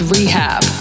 Rehab